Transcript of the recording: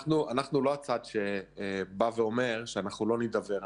אנחנו לא הצד שבא ואומר שאנחנו לא נידבר.